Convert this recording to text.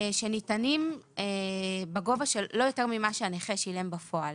שניתנים בגובה של לא יותר ממה שהנכה שילם בפועל.